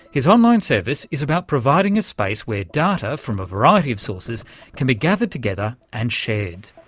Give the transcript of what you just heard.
his online service is about providing a space where data from a variety of sources can be gathered together and shared.